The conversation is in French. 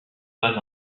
pas